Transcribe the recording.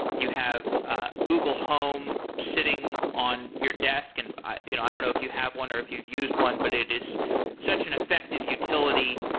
you have ah google home sitting on your desk. and you know i don't know if you have one or if you've used one, but it is such an effective utility.